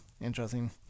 interesting